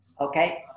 Okay